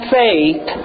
faith